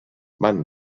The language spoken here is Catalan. van